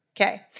Okay